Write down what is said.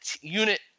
unit